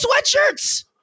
sweatshirts